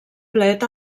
plet